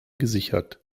gesichert